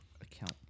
account